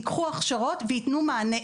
ייקחו הכשרות ויתנו מענה.